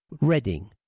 Reading